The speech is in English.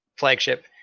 flagship